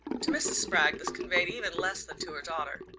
to mrs. spragg this conveyed even less than to her daughter,